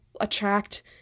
attract